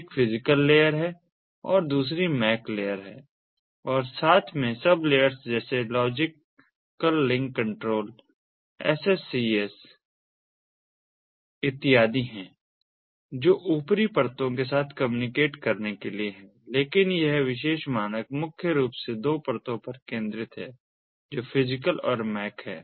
एक physical layer है और दूसरी मैक लेयर है और साथ में सब लेयर्स जैसे logical link control SSCS service specific convergence sublayer इत्यादि है जो ऊपरी परतों के साथ कम्युनिकेट करने के लिए है लेकिन यह विशेष मानक मुख्य रूप से दो परतों पर केंद्रित है जो फिजिकल और मैक है